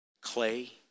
clay